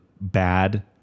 bad